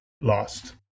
lost